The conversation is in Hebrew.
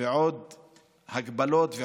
ועוד הגבלות.